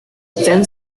then